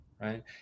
right